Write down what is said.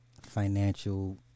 financial